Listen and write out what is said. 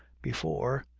before.